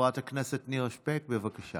חברת הכנסת נירה שְפֵּק, בבקשה.